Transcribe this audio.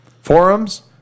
Forums